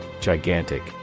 gigantic